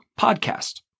Podcast